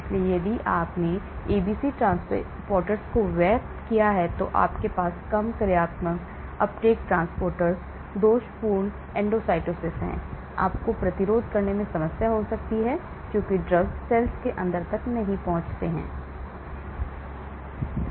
इसलिए यदि आपने ABC ट्रांसपोर्टरों को व्यक्त किया है तो आपके पास कम कार्यात्मक uptake ट्रांसपोर्टर्स दोषपूर्ण एंडोसाइटोसिस है इसलिए आपको प्रतिरोध करने में समस्या हो सकती है क्योंकि ड्रग्स सेल के अंदर तक नहीं पहुंचते और पहुंचते हैं